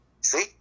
See